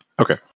Okay